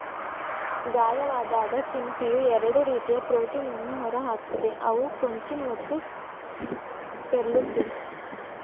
ಗಾಯವಾದಾಗ ಸಿಂಪಿಯು ಎರಡು ರೀತಿಯ ಪ್ರೋಟೀನನ್ನು ಹೊರಹಾಕ್ತದೆ ಅವು ಕೊಂಚಿನ್ ಮತ್ತು ಪೆರ್ಲುಸಿನ್